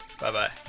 Bye-bye